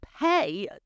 pay